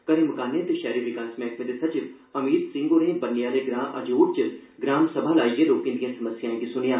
घरें मकानें ते शैहरी विकास मैहकमे दे सचिव अमीत सिंह होरें बन्ने आह्ले ग्रां अजोट च ग्राम सभा लाइयै लोके दिए समस्याएं गी सुनेआ